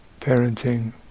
parenting